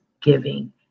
giving